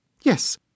Yes